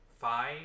five